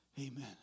Amen